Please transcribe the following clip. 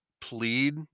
plead